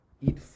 Eat